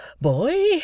Boy